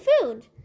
food